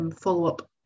follow-up